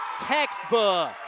textbook